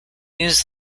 use